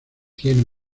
tiene